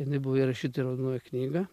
jinai buvo įrašyta į raudonąją knygą